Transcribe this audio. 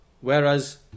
Whereas